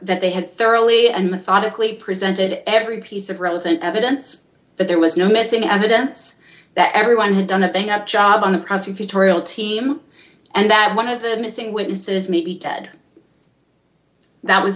that they had thoroughly and methodically presented every piece of relevant evidence but there was no missing evidence that everyone had done that they had job on the prosecutorial team and that one of the missing witnesses may be ted that was